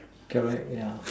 correct yeah